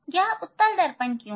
यह उत्तल दर्पण क्यों है